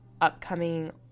upcoming